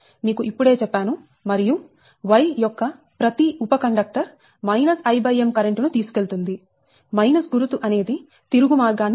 మీకు ఇప్పుడే చెప్పాను మరియు Y యొక్క ప్రతి ఉప కండక్టర్ I m కరెంట్ ను తీసుకెళుతుంది మైనస్ గురుతు అనేది తిరుగు మార్గం